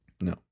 No